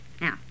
Now